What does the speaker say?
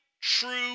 true